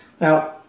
Now